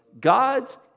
God's